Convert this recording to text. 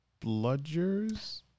bludgers